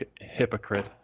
hypocrite